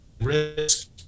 risk